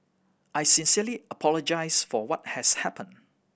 I sincerely apologise for what has happened